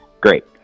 great